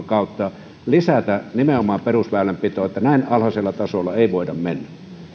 kautta lisätä nimenomaan perusväylänpitoon näin alhaisella tasolla ei voida mennä